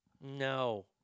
No